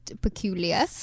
peculiar